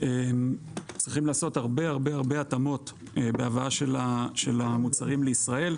צריכים לעשות הרבה התאמות בהבאה של המוצרים לישראל.